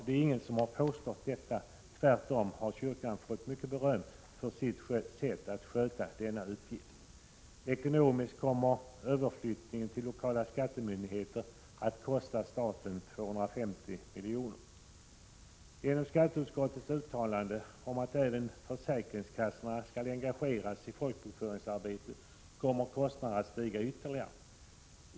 Nej, ingen har påstått detta — tvärtom har kyrkan fått mycket beröm för sitt sätt att sköta denna uppgift. Ekonomiskt kommer överflyttningen till lokala skattemyndigheten att kosta staten 250 milj.kr. Genom skatteutskottets uttalande om att även försäkringskassorna skall engageras i folkbokföringsarbetet kommer kostnaderna att stiga ytterligare.